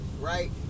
Right